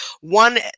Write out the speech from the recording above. one